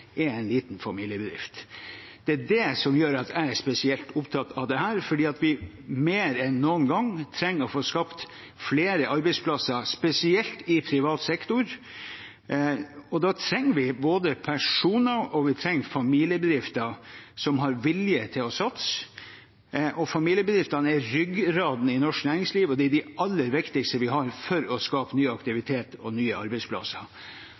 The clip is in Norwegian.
en liten familiebedrift. Det er det som gjør at jeg er spesielt opptatt av dette, fordi vi mer enn noen gang trenger å få skapt flere arbeidsplasser, spesielt i privat sektor, og da trenger vi både personer og familiebedrifter som har vilje til å satse. Familiebedriftene er ryggraden i norsk næringsliv, og de er de aller viktigste vi har for å skape ny aktivitet og nye arbeidsplasser.